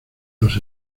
los